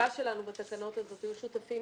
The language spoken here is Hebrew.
החשיבה שלנו בתקנות האלה היו שותפים